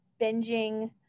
binging